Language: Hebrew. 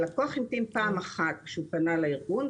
הלקוח המתין פעם אחת כשהוא פנה לארגון,